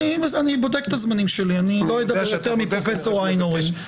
אני בודק את הזמנים שלי, כמו פרופ' איינהורן.